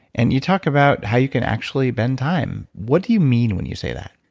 and you talk about how you can actually bend time. what do you mean when you say that?